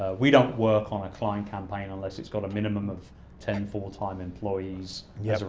we don't work on a client campaign unless it's got a minimum of ten full time employees yeah,